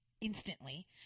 instantly